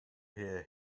here